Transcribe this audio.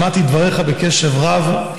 שמעתי את דבריך בקשב רב.